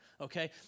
Okay